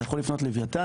אתה יכול לפנות ללווייתן,